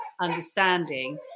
understanding